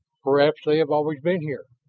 perhaps they have always been here.